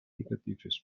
negatives